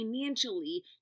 financially